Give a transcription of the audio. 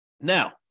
Now